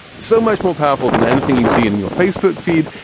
so much more powerful than anything you see in your facebook feed.